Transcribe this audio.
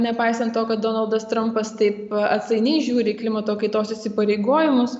nepaisant to kad donaldas trampas taip atsainiai žiūri į klimato kaitos įsipareigojimus